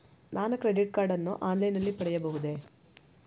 ನಾನು credit card ಅನ್ನು online ನಲ್ಲಿ ಪಡೆಯಬಹುದೇ?